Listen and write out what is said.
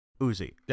Uzi